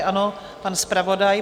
Ano, pan zpravodaj.